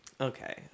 Okay